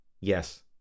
Yes